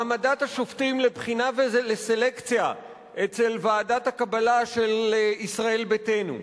העמדת השופטים לבחינה ולסלקציה אצל ועדת הקבלה של ישראל ביתנו,